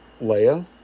Leia